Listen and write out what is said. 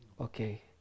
Okay